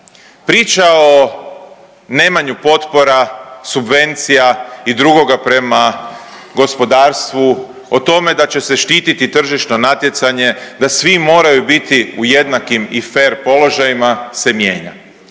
Priča o nemanju potpora, subvencija i drugoga prema gospodarstvu, o tome da će se štititi tržišno natjecanje, da svi moraju biti u jednakim i fer položajima se mijenja.